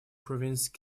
province